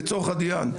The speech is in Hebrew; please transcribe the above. לצורך העניין,